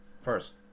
First